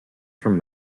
from